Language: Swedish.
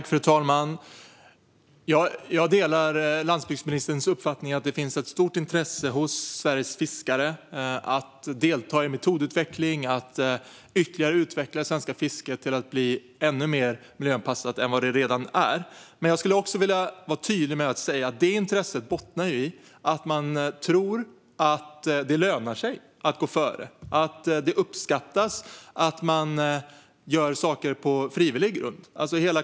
Fru talman! Jag delar landsbygdsministerns uppfattning att det finns ett stort intresse hos Sveriges fiskare att delta i metodutveckling och att utveckla det svenska fisket till att bli ännu mer miljöanpassat än vad det redan är. Men låt mig vara tydlig med att detta intresse bottnar i att man tror att det lönar sig att gå före och att det uppskattas att man gör saker på frivillig grund.